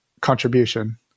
contribution